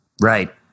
Right